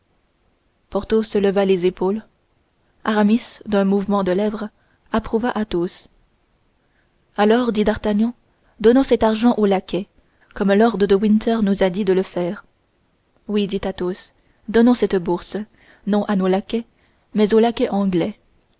cela porthos leva les épaules aramis d'un mouvement de lèvres approuva athos alors dit d'artagnan donnons cet argent aux laquais comme lord de winter nous a dit de le faire oui dit athos donnons cette bourse non à nos laquais mais aux laquais anglais